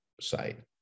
side